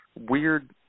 weird